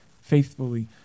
faithfully